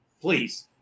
please